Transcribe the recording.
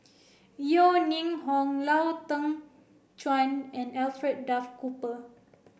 Yeo Ning Hong Lau Teng Chuan and Alfred Duff Cooper